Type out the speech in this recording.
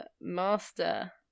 Master